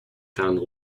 found